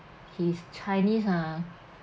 his chinese ah